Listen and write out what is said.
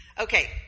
Okay